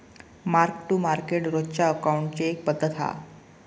mark to market रोजच्या अकाउंटींगची एक पद्धत हा